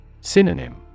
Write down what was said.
Synonym